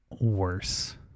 worse